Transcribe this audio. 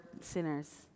sinners